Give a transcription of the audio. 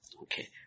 Okay